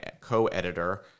co-editor